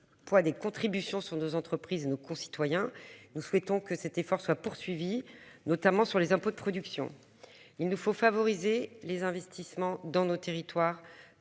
des contributions sont nos entreprises, nos concitoyens, nous souhaitons que cet effort soit poursuivi notamment sur les impôts de production. Il nous faut favoriser les investissements dans nos territoires